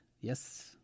Yes